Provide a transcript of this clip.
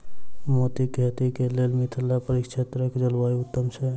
मोतीक खेती केँ लेल मिथिला परिक्षेत्रक जलवायु उत्तम छै?